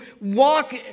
walk